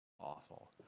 awful